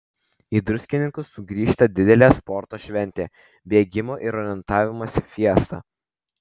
į druskininkus sugrįžta didelė sporto šventė bėgimo ir orientavimosi fiesta